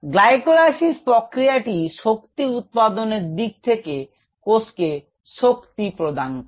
glycolysis প্রক্রিয়াটি শক্তি উৎপাদনের দিক থেকে কোষকে শক্তি প্রদান করে